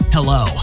Hello